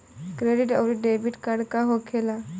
Credit आउरी debit card का होखेला?